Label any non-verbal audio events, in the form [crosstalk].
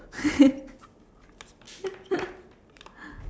[laughs]